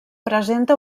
presenta